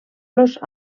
los